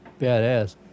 badass